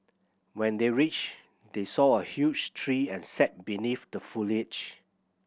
when they reached they saw a huge tree and sat beneath the foliage